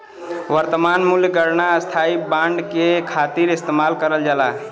वर्तमान मूल्य गणना स्थायी बांड के खातिर इस्तेमाल करल जाला